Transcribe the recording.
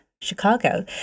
Chicago